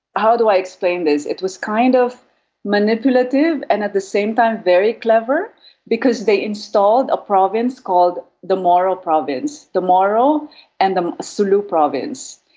how do i explain this? it was kind of manipulative and at the same time very clever because they installed a province called the moro province. the moro and the sulu province.